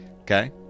Okay